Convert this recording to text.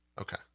okay